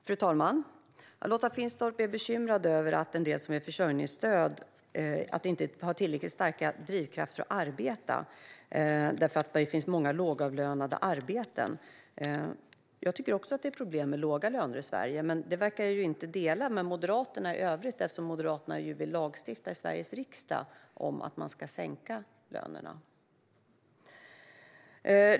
Herr talman! Lotta Finstorp är bekymrad över att en del som får försörjningsstöd inte har tillräckligt starka drivkrafter för att arbeta eftersom det finns många lågavlönade arbeten. Jag tycker också att det är ett problem med låga löner i Sverige, men det verkar jag inte dela med Moderaterna i övrigt eftersom Moderaterna ju vill lagstifta i Sveriges riksdag om att sänka lönerna.